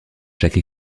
chaque